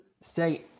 say